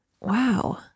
Wow